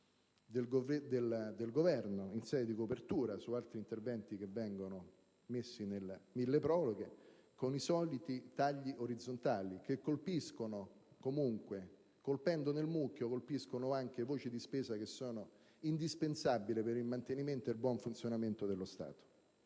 del Governo in sede di copertura, altri interventi che vengono messi nel milleproroghe con i soliti tagli orizzontali che, colpendo nel mucchio, colpiscono anche voci di spesa che sono indispensabili per il mantenimento e il buon funzionamento dello Stato.